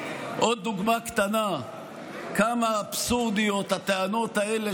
עוד דוגמה קטנה כמה אבסורדיות הטענות האלה